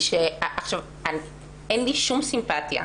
אין לי שום סימפטיה,